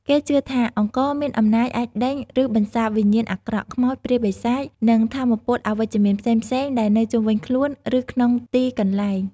គេជឿថា អង្ករមានអំណាចអាចដេញ ឬបន្សាបវិញ្ញាណអាក្រក់ ខ្មោច ព្រាយ បិសាច និងថាមពលអវិជ្ជមានផ្សេងៗដែលនៅជុំវិញខ្លួន ឬក្នុងទីកន្លែង។